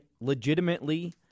legitimately